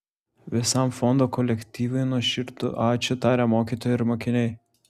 visam fondo kolektyvui nuoširdų ačiū taria mokytojai ir mokiniai